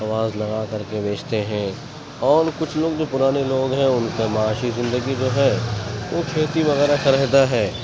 آواز لگا کر کے بیچتے ہیں اور کچھ لوگ جو پرانے لوگ ہیں ان کی معاشی زندگی جو ہے وہ کھیتی وغیرہ کا رہتا ہے